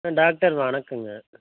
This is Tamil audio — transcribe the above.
ஆ டாக்டர் வணக்கங்க